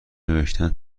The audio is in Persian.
نوشتن